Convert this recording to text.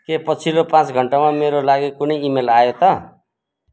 के पछिल्लो पाँच घन्टामा मेरा लागि कुनै इमेल आयो त